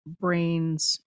brain's